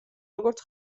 როგორც